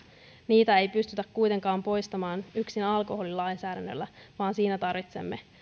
niitä ei pystytä kuitenkaan poistamaan yksin alkoholilainsäädännöllä vaan siinä tarvitsemme